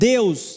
Deus